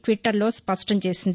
ట్విటర్లో స్పష్టం చేసింది